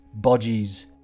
bodgies